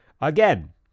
again